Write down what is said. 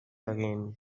again